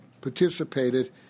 participated